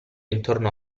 intorno